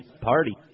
Party